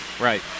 Right